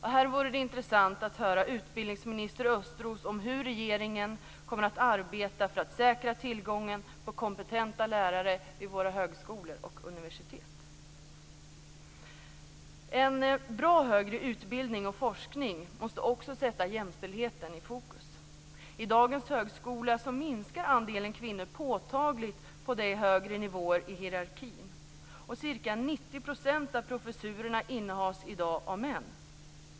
Här vore det intressant att höra utbildningsminister Östros om hur regeringen kommer att arbeta för att säkra tillgången på kompetenta lärare vid våra högskolor och universitet. En bra högre utbildning och forskning måste också sätta jämställdheten i fokus. I dagens högskola minskar andelen kvinnor påtagligt på de högre nivåerna i hierarkin. Ca 90 % av professurerna innehas i dag av män.